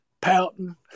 pouting